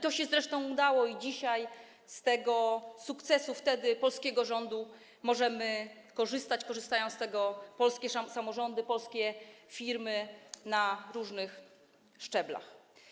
To się zresztą udało i dzisiaj z tamtego sukcesu polskiego rządu możemy korzystać - korzystają z tego polskie samorządy, polskie firmy na różnych szczeblach.